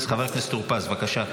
חבר הכנסת טור פז, בבקשה.